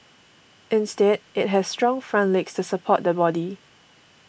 instead it has strong front legs to support the body